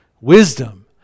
Wisdom